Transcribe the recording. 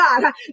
God